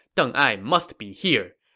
deng ai must be here.